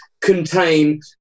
contain